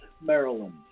Maryland